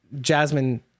Jasmine